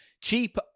cheap